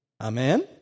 Amen